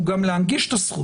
הוא גם להנגיש את הזכות.